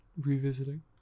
revisiting